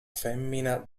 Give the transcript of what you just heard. femmina